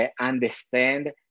understand